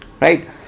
Right